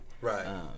Right